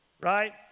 Right